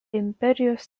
imperijos